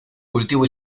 cultivo